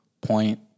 point